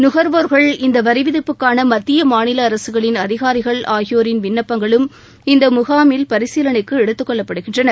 நுகர்வோர்கள் இந்த வரிவிதிப்புக்கான மத்திய மாநில அரசுகளின் அதிகாரிகள் ஆகியோரின் விண்ணப்பங்களும் இந்த முகாமில் பரிசீலனைக்கு எடுத்துக்கொள்ளப்படுகின்றன